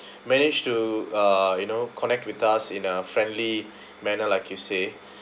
manage to uh you know connect with us in a friendly manner like you say